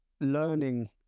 learning